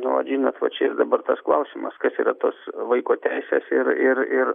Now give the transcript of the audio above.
nu vat žinot va čia ir dabar tas klausimas kas yra tos vaiko teises ir ir ir